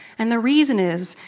and the reason is,